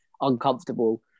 uncomfortable